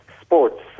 sports